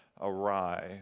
awry